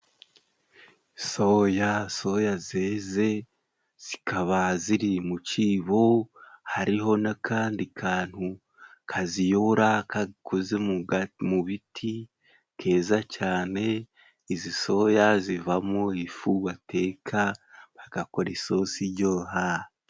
Soya ,Soya zeze zikaba ziri mu cibo hariho n'akandi kantu kaziyora kakoze mu biti keza cyane, izi soya zivamo ifu bateka bagakora isosi ijyoha.